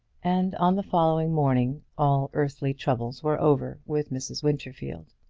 and on the following morning all earthly troubles were over with mrs. winterfield.